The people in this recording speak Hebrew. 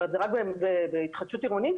זה רק בהתחדשות עירונית.